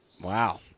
Wow